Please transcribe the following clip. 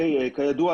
כידוע,